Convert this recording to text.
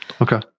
Okay